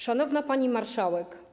Szanowna Pani Marszałek!